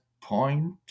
point